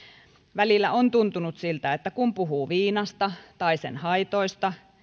välillä on tuntunut siltä että kun puhuu viinasta tai sen haitoista